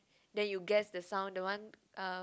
then you guess the sound the one uh